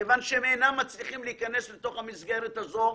כיוון שהם אינם מצליחים להיכנס לתוך הסגרת הזו.